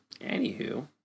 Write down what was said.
anywho